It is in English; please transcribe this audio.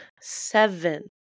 Seven